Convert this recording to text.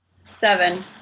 Seven